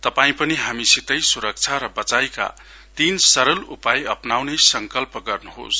तपाई पनि हामीसितै सुरक्षा र वचाइका तीन सरल उपाय अप्नाउने संकल्प गर्नुहोस